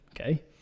okay